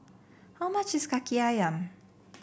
how much is kaki ayam